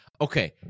okay